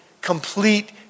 complete